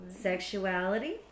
sexuality